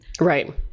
Right